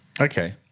Okay